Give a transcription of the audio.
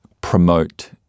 promote